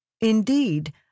Indeed